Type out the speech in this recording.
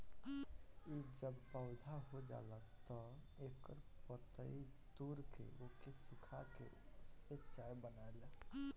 इ जब पौधा हो जाला तअ एकर पतइ तूर के ओके सुखा के ओसे चाय बनेला